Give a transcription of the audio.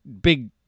big